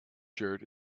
shirt